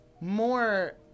more